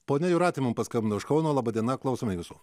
ponia jūratė mums paskambino iš kauno laba diena klausome visų